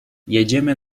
jedziemy